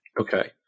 Okay